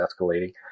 escalating